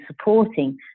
supporting